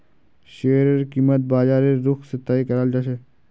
शेयरेर कीमत बाजारेर रुख से तय कराल जा छे